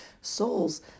souls